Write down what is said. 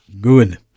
good